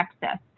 Texas